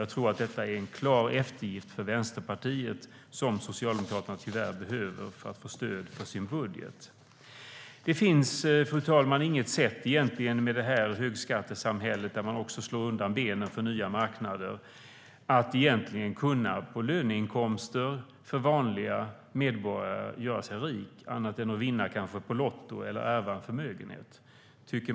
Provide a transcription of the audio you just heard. Jag tror att detta är en klar eftergift för Vänsterpartiet, som Socialdemokraterna tyvärr behöver för att få stöd för sin budget. Med högskattesamhället, där man också slår undan benen för nya marknader, finns det egentligen inget sätt för vanliga medborgare att bli rika på löneinkomster, annat än att kanske vinna på lotto eller ärva en förmögenhet.